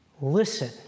listen